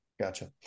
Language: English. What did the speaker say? Gotcha